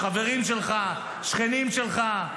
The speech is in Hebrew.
חברים שלך, שכנים שלך.